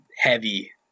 heavy